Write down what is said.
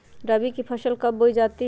रबी की फसल कब बोई जाती है?